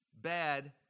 bad